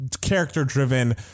character-driven